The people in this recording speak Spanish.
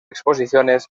exposiciones